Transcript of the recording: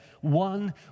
one